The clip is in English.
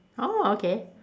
orh okay